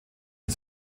die